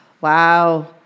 wow